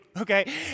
Okay